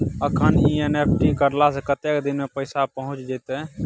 अखन एन.ई.एफ.टी करला से कतेक दिन में पैसा पहुँच जेतै?